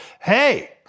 hey